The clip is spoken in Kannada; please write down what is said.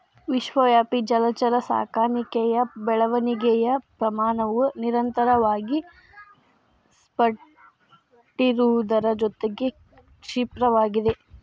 ವಿಶ್ವವ್ಯಾಪಿ ಜಲಚರ ಸಾಕಣೆಯ ಬೆಳವಣಿಗೆಯ ಪ್ರಮಾಣವು ನಿರಂತರವಾಗಿ ಸಲ್ಪಟ್ಟಿರುವುದರ ಜೊತೆಗೆ ಕ್ಷಿಪ್ರವಾಗಿದ್ದು